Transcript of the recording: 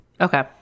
Okay